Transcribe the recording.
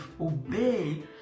obey